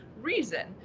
reason